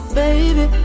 baby